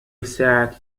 الساعة